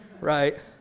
right